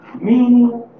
meaning